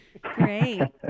great